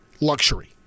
luxury